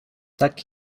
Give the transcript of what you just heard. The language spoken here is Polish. tak